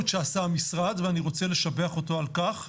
שעשה המשרד ואני רוצה לשבח אותו על כך,